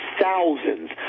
thousands